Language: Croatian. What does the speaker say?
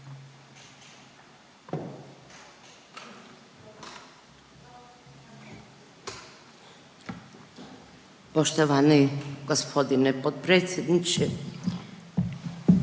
lijepo gospodine potpredsjedniče,